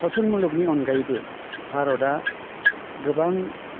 सावथुन मुलुगनि अनगायैबो भारता गोबां